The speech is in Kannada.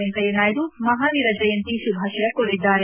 ವೆಂಕಯ್ಯನಾಯ್ದು ಮಹಾವೀರ ಜಯಂತಿ ಶುಭಾಶಯ ಕೋರಿದ್ದಾರೆ